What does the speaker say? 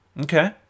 Okay